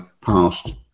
past